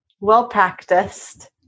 well-practiced